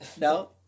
No